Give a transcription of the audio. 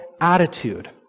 attitude